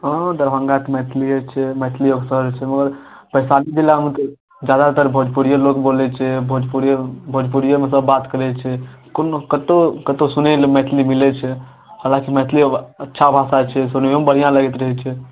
हँ दरभंगा तऽ मैथलिए छै मैथिलिए ओतय जे छै मगर वैशाली जिलामे तऽ ज्यादातर तऽ भोजपुरिए लोक बोलै छै भोजपुरिए भोजपुरिएमे सभ बात करै छै कोनो कतहु कतहु सुनै लेल मैथिली मिलै छै हमरासभकेँ मैथिलिए अच्छा भाषा जे छै सुनैओमे बढ़िआँ लगैत रहै छै